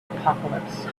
apocalypse